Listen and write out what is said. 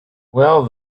well